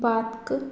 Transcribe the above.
भातक